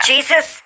Jesus